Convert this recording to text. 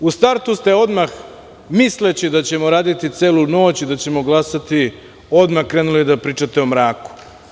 U startu ste odmah, misleći da ćemo raditi celu noć i da ćemo glasati odmah, krenuli da pričate o mraku.